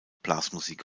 blasmusik